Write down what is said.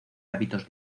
hábitos